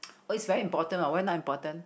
oh it's very important what why not important